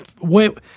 Wait